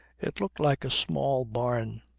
it looked like a small barn.